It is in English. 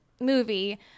movie